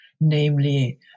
namely